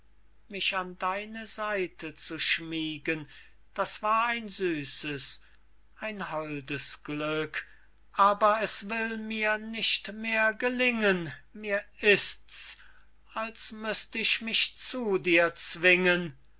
mich an deine seite zu schmiegen das war ein süßes ein holdes glück aber es will mir nicht mehr gelingen mir ist's als müßt ich mich zu dir zwingen